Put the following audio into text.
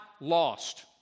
lost